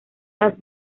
las